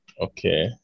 Okay